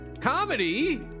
comedy